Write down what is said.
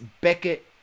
Beckett